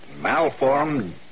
malformed